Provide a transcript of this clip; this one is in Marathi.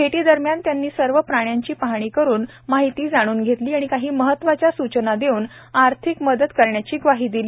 भेटीदरम्यान त्यांनी सर्व प्राण्याची पाहणी करून माहिती जाणून घेतली आणि काही महत्वाच्या सूचना देऊन आर्थिक मदत करण्याची ग्वाही दिली